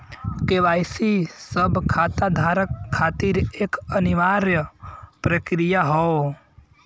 KYC सब खाता धारक खातिर एक अनिवार्य प्रक्रिया हौ